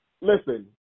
Listen